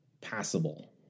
passable